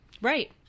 right